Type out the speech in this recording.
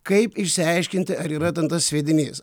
kaip išsiaiškinti ar yra ten tas sviedinys